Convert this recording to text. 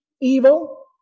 evil